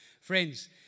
Friends